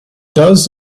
does